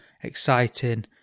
exciting